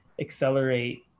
accelerate